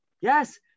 Yes